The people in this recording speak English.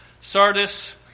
Sardis